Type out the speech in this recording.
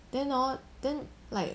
then hor then like